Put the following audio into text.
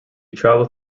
travelled